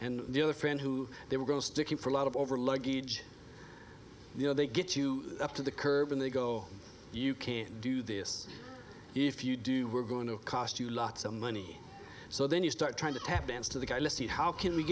and the other friend who they were going to stick in for a lot of over luggage you know they get you up to the curb and they go you can't do this if you do we're going to cost you lots of money so then you start trying to tap dance to the guy